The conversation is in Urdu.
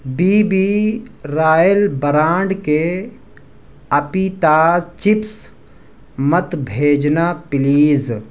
بی بی رائل برانڈ کے اپیتاز چپس مت بھیجنا پلیز